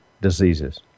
diseases